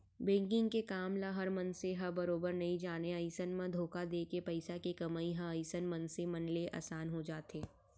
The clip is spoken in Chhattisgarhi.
बेंकिग के काम ल हर मनसे ह बरोबर नइ जानय अइसन म धोखा देके पइसा के कमई ह अइसन मनसे मन ले असान हो जाथे